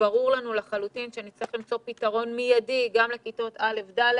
ברור לנו לחלוטין שנצטרך למצוא פתרון מידי גם לכיתות א'-ד',